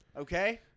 Okay